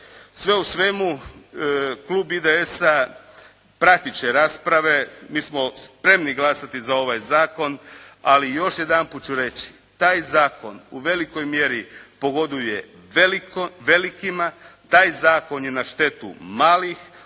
Sve u svemu, Klub IDS-a pratit će rasprave. Mi smo spremni glasati za ovaj zakon, ali još jedanput ću reći, taj zakon u velikoj mjeri pogoduje velikima, taj zakon je na štetu malih,